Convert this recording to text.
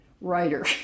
writer